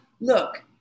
look